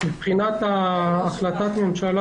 מבחינת החלטת הממשלה,